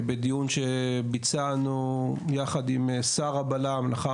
בדיון שביצענו יחד עם שר הבל"מ ולאחר